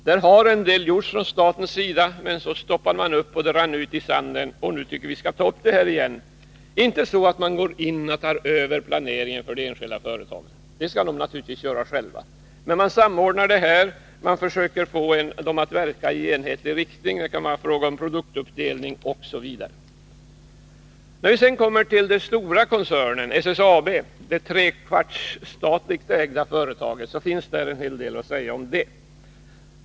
Där har en hel del gjorts från statens sida, men det bromsades upp och rann ut i sanden. Saken bör tas upp igen — inte så att man tar över planeringen för de enskilda företagen, men så att man försöker få dem att verka i enhetlig riktning i fråga om produktuppdelning osv. Om den stora koncernen SSAB, det till tre fjärdedelar statligt ägda företaget, finns en hel del att säga.